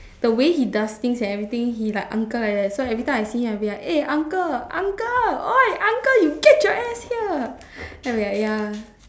the way he does things and everything he like uncle like that so every time I see him I would be like eh uncle uncle !oi! uncle you get your ass here then we like ya